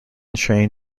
train